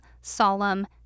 solemn